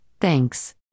Thanks